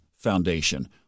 foundation